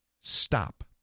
Stop